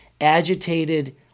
agitated